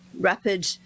rapid